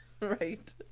right